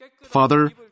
Father